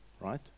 right